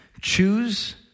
choose